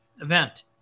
event